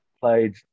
Played